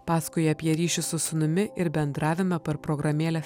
pasakoja apie ryšius su sūnumi ir bendravimą per programėlę